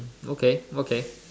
okay okay